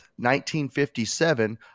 1957